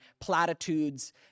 platitudes